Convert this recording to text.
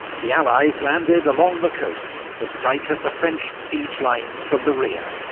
the allies landed along the coast, to strike at the french siege lines from the rear.